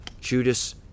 Judas